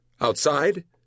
Outside